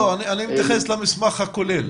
אני מתייחס למסמך הכולל.